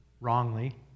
wrongly